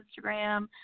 Instagram